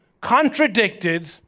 contradicted